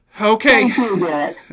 Okay